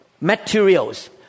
materials